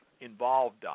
involved